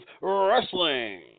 Wrestling